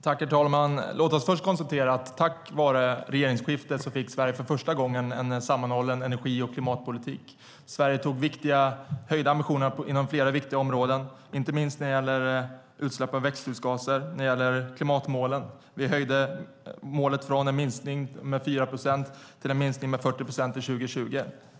Herr talman! Låt oss först konstatera: Tack vare regeringsskiftet fick Sverige för första gången en sammanhållen energi och klimatpolitik och antog viktiga, höjda ambitioner inom flera viktiga områden, inte minst när det gäller utsläpp av växthusgaser och klimatmålen. Vi höjde målet från en minskning med 4 procent till en minskning med 40 procent till år 2020.